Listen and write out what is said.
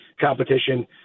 competition